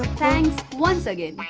thanks, once again. ah,